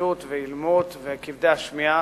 חירשות ואילמות וכבדי השמיעה,